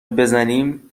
بزنیم